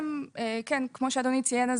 כמו שאדוני ציין,